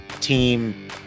team